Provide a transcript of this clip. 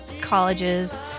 colleges